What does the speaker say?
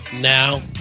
Now